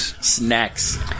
Snacks